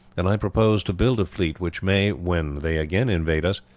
and i purpose to build a fleet which may, when they again invade us,